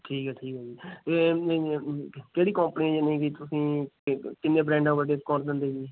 ਠੀਕ ਹੈ ਠੀਕ ਹੈ ਜੀ ਇਹ ਕਿਹੜੀ ਕੌਂਪਨੀ ਹੈ ਯਾਨੀ ਕਿ ਤੁਸੀਂ ਕਿੰਨੇ ਬ੍ਰੈਂਡਾਂ ਪਰ ਡਿੰਸਕਾਊਂਟ ਦਿੰਦੇ ਜੀ